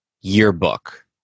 yearbook